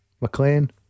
McLean